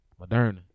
Moderna